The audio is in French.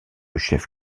chef